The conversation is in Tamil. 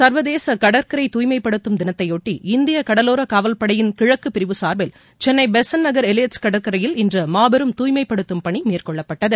சர்வதேச கடற்கரை தூய்மைப்படுத்தும் தினத்தையொட்டி இந்திய கடலோர காவல்படையின் கிழக்குப் பிரிவு சார்பில் சென்னை பெசன்ட் நகர் எலியட்ஸ் கடற்கரையில் இன்று மாபெரும் தூய்மைப்படுத்தும் பணி மேற்கொள்ளப்பட்டது